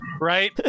right